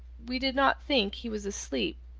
we did not think he was asleep.